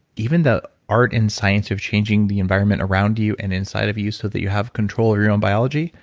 even the art and science of changing the environment around you and inside of you so that you have control of your own biology,